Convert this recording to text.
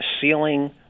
ceiling